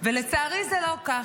ולצערי זה לא כך.